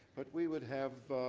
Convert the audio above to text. but we would have